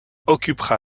occupera